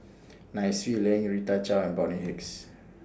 Nai Swee Leng Rita Chao and Bonny Hicks